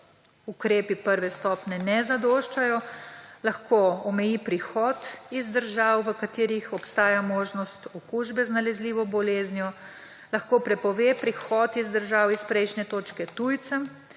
ukrepi prve stopnje ne zadoščajo, lahko omeji prihod iz držav, v katerih obstaja možnost okužbe z nalezljivo boleznijo, lahko prepove prihod iz držav iz prejšnje točke tujcem,